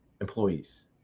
employees